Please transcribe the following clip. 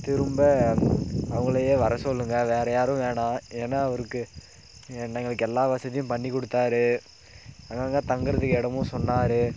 திரும்ப அந் அவங்களையே வர சொல்லுங்கள் வேறு யாரும் வேணா ஏன்னா அவருக்கு ஏன்னா எங்களுக்கு எல்லா வசதியும் பண்ணி கொடுத்தாரு அதனால் தான் தங்கறதுக்கு இடமும் சொன்னார்